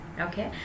okay